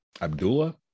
Abdullah